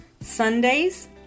Sundays